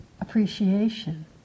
appreciation